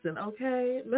okay